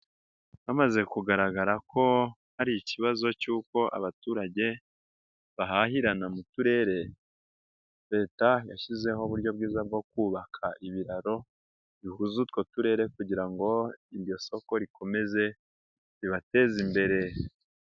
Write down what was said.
Hamaze kugaragara ko hari ikibazo cy'uko abaturage bahahirana mu turere, Leta yashyizeho uburyo bwiza bwo kubaka ibiraro bihuza utwo turere kugira ngo iryo soko rikomeze ribateze imbere.